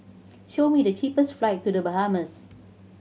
show me the cheapest flights to The Bahamas